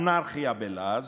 אנרכיה בלעז,